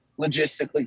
logistically